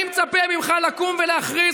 אני מצפה ממך לקום ולהכריז,